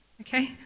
okay